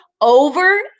over